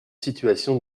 situation